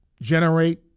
generate